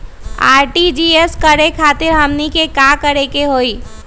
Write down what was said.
RTGS करे खातीर हमनी के का करे के हो ई?